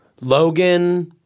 Logan